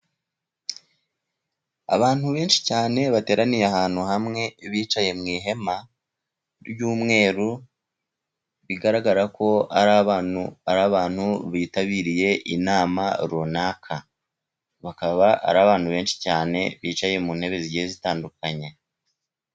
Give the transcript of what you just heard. Abantu benshi cyane bateraniye ahantu hamwe, bicaye mu ihema ry'umweru bigaragara ko ari abantu bitabiriye inama runaka, bakaba ari abantu benshi cyane bicaye mu ntebe zigiye zitandukanye.